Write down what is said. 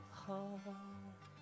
heart